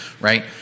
right